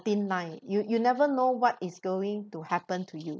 thin line you you never know what is going to happen to you